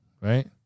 right